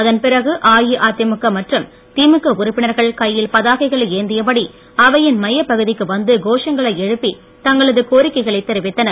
அதன் பிறகு அஇஅதிமுக மற்றும் திமுக உறுப்பினர்கள் கையில் பதாகைகளை ஏந்தியப்படி அவையின் மையப் பகுதிக்கு வந்து கோஷங்களை எழுப்பி தங்களது கோரிக்கைகளை தெரிவித்தனர்